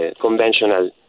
conventional